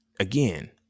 Again